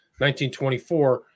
1924